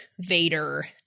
Vader